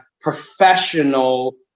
professional